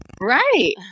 right